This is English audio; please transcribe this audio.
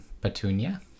Petunia